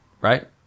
right